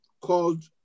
called